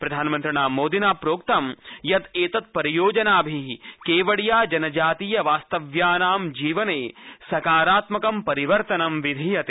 प्रधानमन्त्रिणामोदिना प्रोक्त यत् एतत्परियोजनाभि केवडिया जनजातीय वास्तव्यानां जीवने सकारात्मकं परिवर्तनं विधीयते